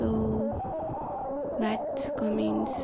so bads comments